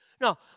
No